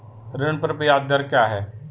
ऋण पर ब्याज दर क्या है?